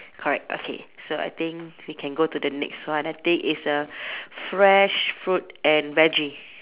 correct okay so I think we can go to the next one I think is a fresh fruit and veggie